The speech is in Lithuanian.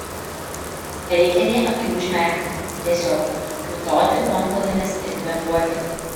nereikia nė akių užmerkti tiesiog kiūtoti po antklodėmis ir kvėpuoti